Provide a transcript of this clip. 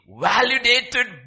validated